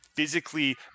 Physically